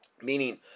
Meaning